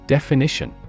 Definition